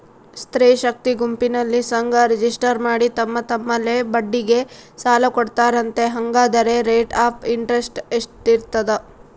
ಸ್ತ್ರೇ ಶಕ್ತಿ ಗುಂಪಿನಲ್ಲಿ ಸಂಘ ರಿಜಿಸ್ಟರ್ ಮಾಡಿ ತಮ್ಮ ತಮ್ಮಲ್ಲೇ ಬಡ್ಡಿಗೆ ಸಾಲ ಕೊಡ್ತಾರಂತೆ, ಹಂಗಾದರೆ ರೇಟ್ ಆಫ್ ಇಂಟರೆಸ್ಟ್ ಎಷ್ಟಿರ್ತದ?